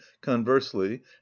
conversely